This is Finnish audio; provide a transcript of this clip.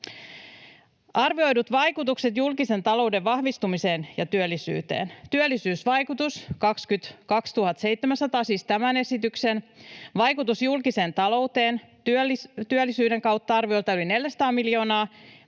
Arvioidut vaikutukset julkisen talouden vahvistumiseen ja työllisyyteen: työllisyysvaikutus on 22 700, siis tämän esityksen, vaikutus julkiseen talouteen työllisyyden kautta on arviolta yli 400 miljoonaa,